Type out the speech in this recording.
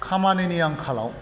खामानिनि आंखालाव